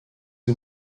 sie